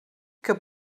que